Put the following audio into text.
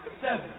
seven